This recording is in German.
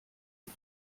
und